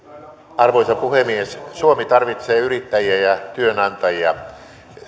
arvoisa puhemies suomi tarvitsee yrittäjiä ja työnantajia